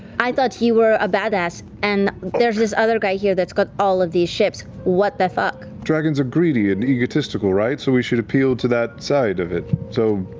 i thought you were a badass, and there's this other guy here that's got all of these ships. what the fuck? travis dragons are greedy and egotistical, right? so we should appeal to that side of it. so,